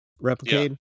Replicate